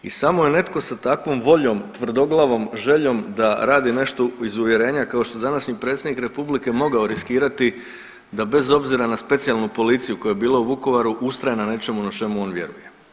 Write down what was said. I samo je netko sa takvom voljom tvrdoglavom, željom da radi nešto iz uvjerenja kao što današnji predsjednik Republike mogao riskirati da bez obzira na specijalnu policiju koja je bila u Vukovaru ustraje na nečemu na čemu on vjeruje.